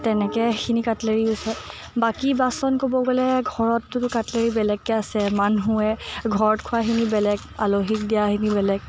তেনেকৈ সেইখিনি cutlery use হয় বাকী বাচন ক'ব গ'লে ঘৰতটোতো কাটলাৰী বেলেগকৈ আছে মানুহে ঘৰত খোৱাখিনি বেলেগ আলহীক দিয়াখিনি বেলেগ